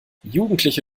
jugendliche